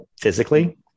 physically